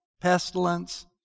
pestilence